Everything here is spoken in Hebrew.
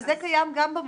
אבל זה קיים גם במכרזים.